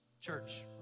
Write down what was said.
Church